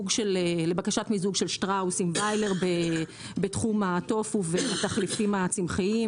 לבקשת מיזוג של שטראוס עם ויילר בתחום הטופו והתחליפים הצמחיים,